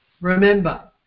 remember